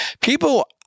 People